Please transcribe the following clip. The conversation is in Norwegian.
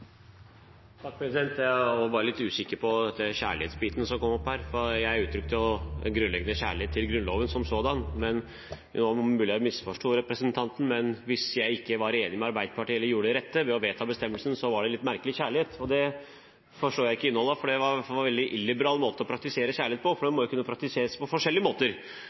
Jeg var bare litt usikker på den kjærlighetsbiten som kom opp her, for jeg uttrykte grunnleggende kjærlighet til Grunnloven som sådan. Det er mulig jeg misforsto representanten, men hvis jeg ikke var enig med Arbeiderpartiet eller gjorde det rette ved å vedta bestemmelsen, var det visst en litt merkelig kjærlighet. Det forstår jeg ikke innholdet av. Det er en veldig illiberal måte å praktisere kjærlighet på, for den må jo kunne praktiseres på forskjellige måter.